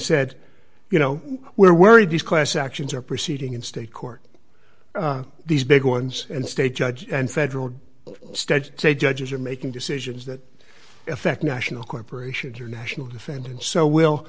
said you know we're worried these class actions are proceeding in state court these big ones and state judges and federal study judges are making decisions that affect national corporations or national defense and so we'll